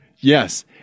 Yes